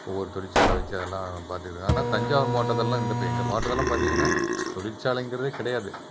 ஒவ்வொரு தொழிற்சாலை வச்சு அதெல்லாம் பார்த்துக்குதுங்க ஆனால் தஞ்சாவூர் மாவட்டத்திலல்லாம் இந்த இப்போ எங்கள் மாவட்டத்திலாம் பார்த்தீங்கன்னா தொழிற்சாலைங்கறதே கிடையாது